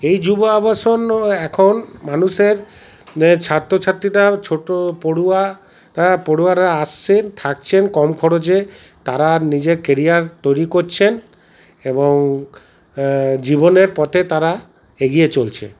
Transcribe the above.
এই যুব আবাসনও এখন মানুষের ছাত্রছাত্রীরাও ছোটো পড়ুয়া পড়ুয়ারা আসছেন থাকছেন কম খরজে তারা নিজের কেরিয়ার তৈরি করছেন এবং জীবনের পথে তারা এগিয়ে চলছে